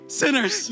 sinners